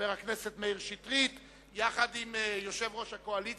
חבר הכנסת מאיר שטרית עם יושב-ראש הקואליציה,